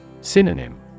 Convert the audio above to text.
Synonym